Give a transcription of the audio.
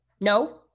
No